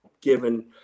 given